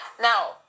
Now